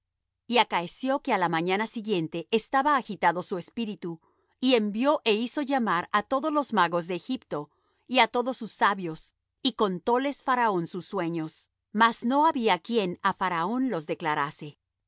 y acaeció que á la mañana estaba agitado su espíritu y envió é hizo llamar á todos los magos de egipto y á todos sus sabios y contóles faraón sus sueños mas no había quien á faraón los declarase